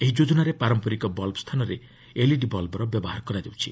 ଏହି ଯୋଜନାରେ ପାରମ୍ପରିକ ବଲ୍ବ୍ ସ୍ଥାନରେ ଏଲ୍ଇଡି ବଲ୍ବର ବ୍ୟବହାର କରାଯାଉଛି